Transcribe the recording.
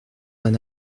d’un